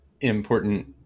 important